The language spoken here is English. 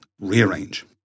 Rearrange